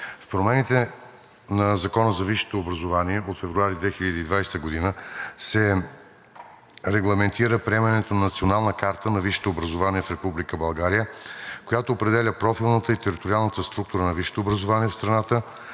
С промените на Закона за висшето образование от февруари 2020 г. се регламентира приемането на Национална карта на висшето образование в Република България, която определя профилната и териториалната структура на висшето образование в страната